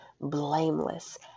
blameless